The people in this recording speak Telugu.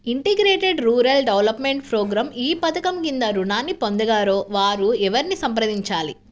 ఇంటిగ్రేటెడ్ రూరల్ డెవలప్మెంట్ ప్రోగ్రాం ఈ పధకం క్రింద ఋణాన్ని పొందగోరే వారు ఎవరిని సంప్రదించాలి?